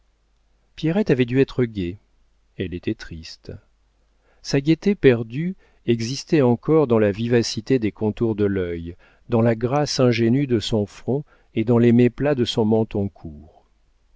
pierrette avait dû être gaie elle était triste sa gaieté perdue existait encore dans la vivacité des contours de l'œil dans la grâce ingénue de son front et dans les méplats de son menton court